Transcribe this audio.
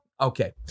Okay